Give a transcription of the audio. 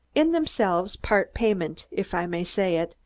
in themselves, part payment, if i may say it,